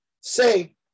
say